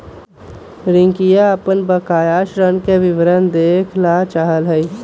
रियंका अपन बकाया ऋण के विवरण देखे ला चाहा हई